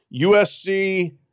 USC